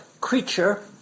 creature